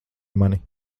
mani